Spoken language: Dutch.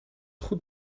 goed